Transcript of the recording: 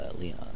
Leon